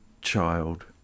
child